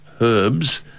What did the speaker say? herbs